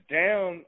down